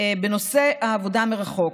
בנושא העבודה מרחוק.